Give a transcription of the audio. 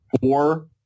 four